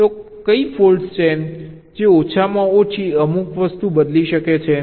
તો કઈ ફોલ્ટ્સ છે જે ઓછામાં ઓછી અમુક વસ્તુ બદલી શકે છે